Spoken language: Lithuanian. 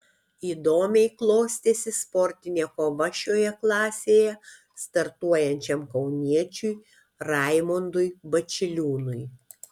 įdomiai klostėsi sportinė kova šioje klasėje startuojančiam kauniečiui raimondui bačiliūnui